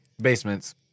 Basements